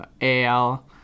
AL